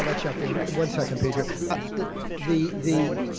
all right jump in one second pedro the the